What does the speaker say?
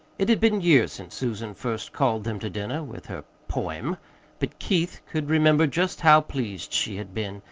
it had been years since susan first called them to dinner with her poem but keith could remember just how pleased she had been,